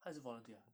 他也是 volunteer ah